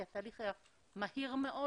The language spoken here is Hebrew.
כי התהליך היה מהיר מאוד,